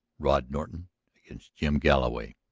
rod norton against jim galloway.